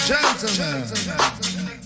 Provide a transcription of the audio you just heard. Gentlemen